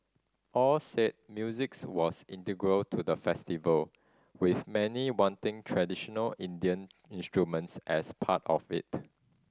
all said musics was integral to the festival with many wanting traditional Indian instruments as part of it